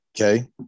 Okay